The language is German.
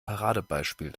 paradebeispiel